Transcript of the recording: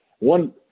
One